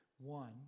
One